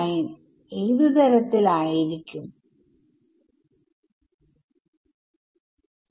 ലളിതമായ അൽജിബ്രാആണിത്